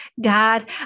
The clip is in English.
God